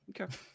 Okay